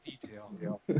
detail